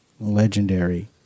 legendary